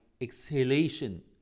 exhalation